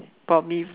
probably